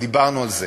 ודיברנו על זה,